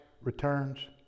returns